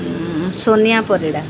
Sonia Parida